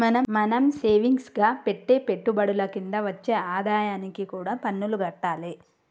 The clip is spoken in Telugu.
మనం సేవింగ్స్ గా పెట్టే పెట్టుబడుల కింద వచ్చే ఆదాయానికి కూడా పన్నులు గట్టాలే